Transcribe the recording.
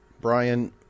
Brian